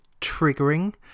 triggering